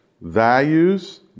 values